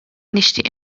nixtieq